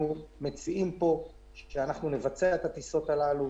אנחנו מציעים פה שאנחנו נבצע את הטיסות הללו,